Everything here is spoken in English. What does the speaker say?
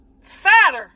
fatter